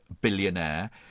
billionaire